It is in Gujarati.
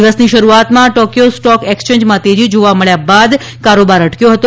દિવસની શરૂઆતમાં ટોક્યો સ્ટોક એક્સયેંજમાં તેજી જોવા મળ્યા બાદ કારોબાર અટક્યો હતો